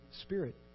Spirit